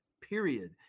period